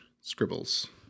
scribbles